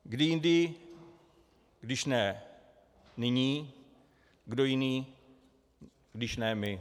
Kdy jindy, když ne nyní, kdo jiný, když ne my.